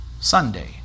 Sunday